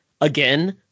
again